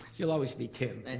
you'll always be tim and